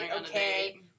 okay